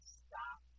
stop